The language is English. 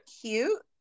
cute